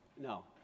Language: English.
no